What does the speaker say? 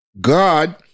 God